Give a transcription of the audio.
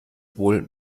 wohl